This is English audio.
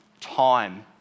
Time